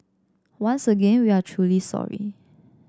once again we are truly sorry